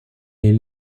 est